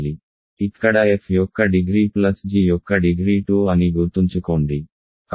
ఇక్కడ f యొక్క degree plus g యొక్క డిగ్రీ 2 అని గుర్తుంచుకోండి